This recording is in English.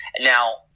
Now